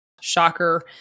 shocker